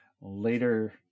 later